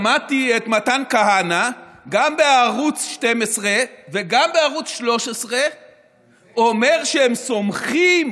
אבל שמעתי את מתן כהנא גם בערוץ 12 וגם בערוץ 13 אומר שהם סומכים